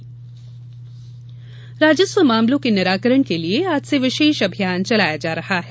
राजस्व अभियान राजस्व मामलों के निराकरण के लिए आज से विशेष अभियान चलाया जा रहा है